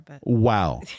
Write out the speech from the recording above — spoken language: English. Wow